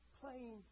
playing